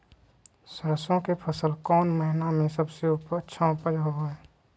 सरसों के फसल कौन महीना में सबसे अच्छा उपज होबो हय?